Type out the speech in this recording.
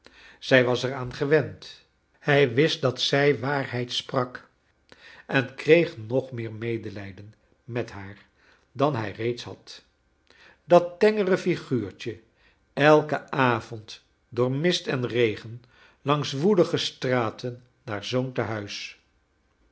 zij was er aan gewend hij wist dat zij waarheid sprak en kreeg nog meer medelij den met haar dan hij reeds had dat tengere figuurtje elken avond door mist en regen langs woelige straten naar zoo'n tenuis